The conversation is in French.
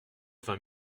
vingt